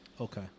Okay